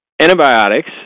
antibiotics